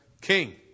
king